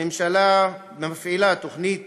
הממשלה מפעילה תוכנית